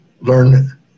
learn